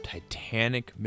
Titanic